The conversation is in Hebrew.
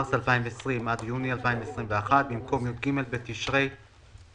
מרס 2020 עד יוני 2021. במקום: י"ג בתשרי התשפ"א,